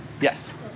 Yes